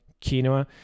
quinoa